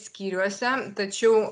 skyriuose tačiau